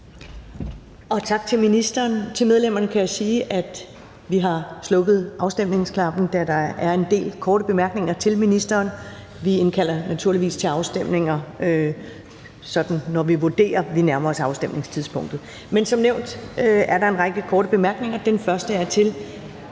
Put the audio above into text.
Tak til ministeren. Til medlemmerne kan jeg sige, at vi har slukket afstemningsknappen, da der er en del korte bemærkninger til ministeren. Vi indkalder naturligvis til afstemninger, når vi sådan vurderer, at afstemningstidspunktet nærmer sig. Men som nævnt er der en række korte bemærkninger – hvis